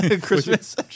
Christmas